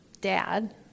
dad